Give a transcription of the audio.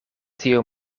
tiu